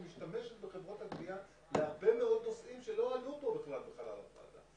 משתמשת בחברות הגבייה להרבה מאוד נושאים שלא עלו פה בכלל בחלל הוועדה,